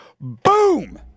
Boom